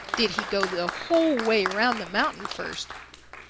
did he go the whole way round the mountain first?